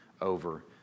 over